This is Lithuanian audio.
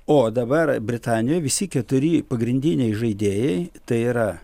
o dabar britanijoj visi keturi pagrindiniai žaidėjai tai yra